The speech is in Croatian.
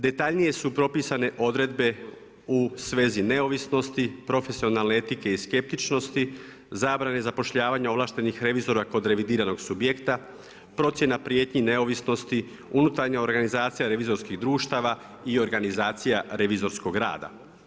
Detaljnije su propisane odredbe u svezi neovisnosti, profesionalne etike i skeptičnosti, zabrane zapošljavanja ovlaštenih revizora kod revidiranog subjekta, procjena prijetnji neovisnosti, unutarnja organizacija revizorskih društava i organizacija revizorskog rada.